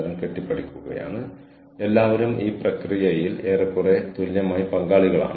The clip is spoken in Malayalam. ഇപ്പോൾ സർട്ടിഫിക്കേഷൻ കോഴ്സുകളിൽ പ്രതിഫലിക്കുന്നതിന് ടീമിന്റെ ഫലം വികസിച്ചു